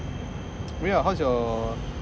oh yeah how's your